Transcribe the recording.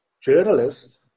journalists